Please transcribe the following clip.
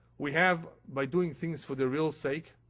we have, by doing things for the real sake.